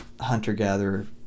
hunter-gatherer